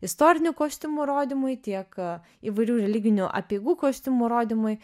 istorinių kostiumų rodymui tiek įvairių religinių apeigų kostiumų rodymui